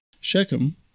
Shechem